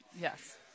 yes